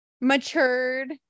matured